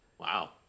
Wow